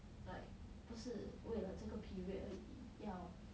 like 不是为了这个 period 而已要